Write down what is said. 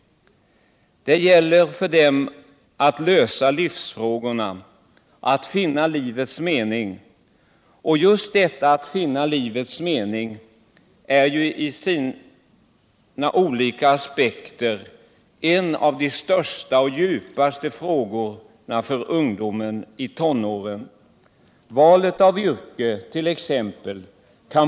Dcet gäller för dem att lösa livstrågorna, att finna livets mening. Och just detta att finna livets mening är ju, i sina olika aspekter, en av de största och djupaste frågorna för ungdomar i tonåren. Valet av yrke kant.ex.